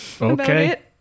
Okay